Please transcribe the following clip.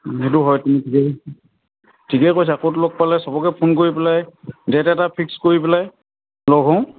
সেইটো হয় তুমি ঠিকে কৈছে ঠিকেই কৈছা ক'ত লগ পালে সবকে ফোন কৰি পেলাই ডেট এটা ফিক্স কৰি পেলাই লগ হওঁ